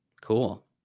Cool